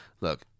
Look